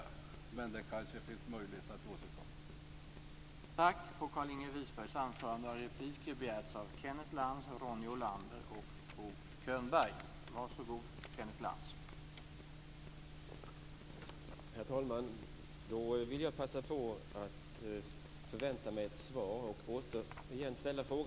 Men det kanske finns möjlighet att återkomma.